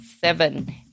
seven